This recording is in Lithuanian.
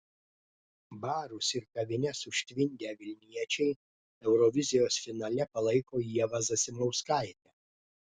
barus ir kavines užtvindę vilniečiai eurovizijos finale palaiko ievą zasimauskaitę